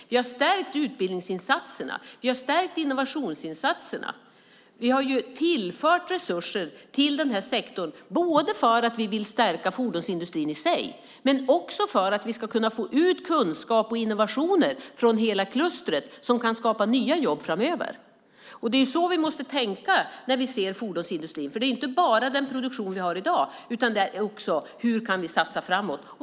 Vi har stärkt utbildningsinsatserna. Vi har stärkt innovationsinsatserna. Vi har tillfört resurser till den här sektorn både för att vi vill stärka fordonsindustrin i sig och för att vi från hela klustret ska få fram kunskap och innovationer som kan skapa nya jobb framöver. Det är så vi måste tänka när vi ser på fordonsindustrin. Det handlar inte enbart om den produktion vi har i dag utan även om hur vi kan satsa framåt.